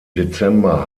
dezember